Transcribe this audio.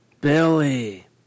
Billy